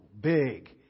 big